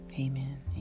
amen